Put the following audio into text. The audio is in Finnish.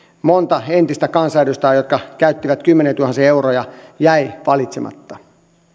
monta entistä kansanedustajaa jotka käyttivät kymmeniätuhansia euroja jäi valitsematta